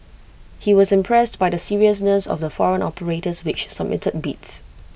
he was impressed by the seriousness of the foreign operators which submitted bids